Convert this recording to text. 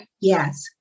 Yes